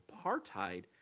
apartheid